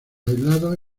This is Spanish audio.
aislados